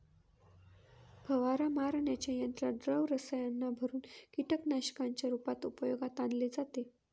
फवारा मारण्याच्या यंत्रात द्रव रसायनांना भरुन कीटकनाशकांच्या रूपात उपयोगात आणले जाते